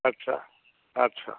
अच्छा अच्छा